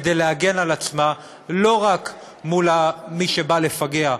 כדי להגן על עצמה לא רק מול מי שבא לפגע,